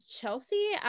chelsea